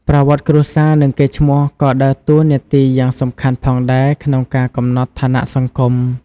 ប្រវត្តិគ្រួសារ និងកេរ្តិ៍ឈ្មោះក៏ដើរតួនាទីយ៉ាងសំខាន់ផងដែរក្នុងការកំណត់ឋានៈសង្គម។